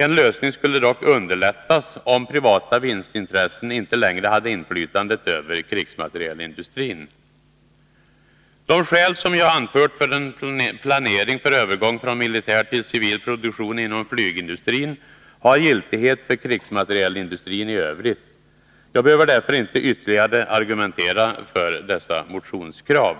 En lösning skulle dock underlättas, om privata vinstintressen inte längre hade inflytandet över krigsmaterielindustrin. De skäl som jag anfört för en planering för övergång från militär till civil produktion inom flygindustrin har giltighet för krigsmaterielindustrin i övrigt. Jag behöver därför inte ytterligare argumentera för detta motionskrav.